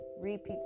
repeat